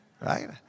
right